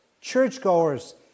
churchgoers